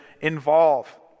involve